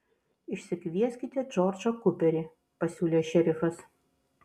išsikvieskite džordžą kuperį pasiūlė šerifas